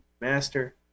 Master